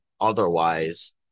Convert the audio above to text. otherwise